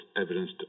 evidence